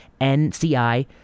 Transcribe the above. NCI